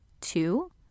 two